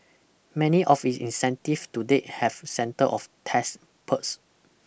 many of its incentives to date have center of tax perks